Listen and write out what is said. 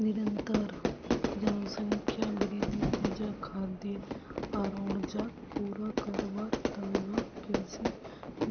निरंतर जनसंख्या वृद्धिर वजह खाद्य आर ऊर्जाक पूरा करवार त न कृषि